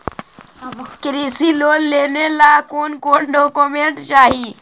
कृषि लोन लेने ला कोन कोन डोकोमेंट चाही?